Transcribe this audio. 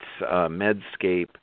Medscape